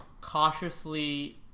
cautiously